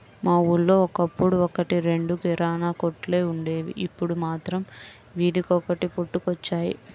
మా ఊళ్ళో ఒకప్పుడు ఒక్కటి రెండు కిరాణా కొట్లే వుండేవి, ఇప్పుడు మాత్రం వీధికొకటి పుట్టుకొచ్చాయి